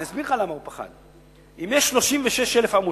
אני אסביר לך למה הוא פחד: אם יש 36,000 עמותות,